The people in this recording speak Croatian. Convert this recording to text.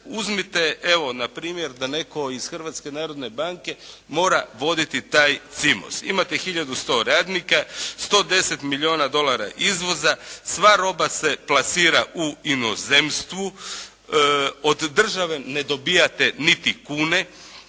uzmite evo na primjer da netko iz Hrvatske narodne banke mora voditi taj Cimos. Imate hiljadu sto radnika, 110 milijuna dolara izvoza, sva roba se plasira u inozemstvu, od države ne dobijate niti kune,